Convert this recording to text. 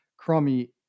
crummy